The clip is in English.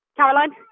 Caroline